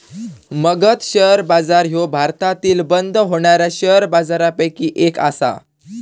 Magadh share बाजार ह्यो भारतातील बंद होणाऱ्या शेअर बाजारपैकी एक आसा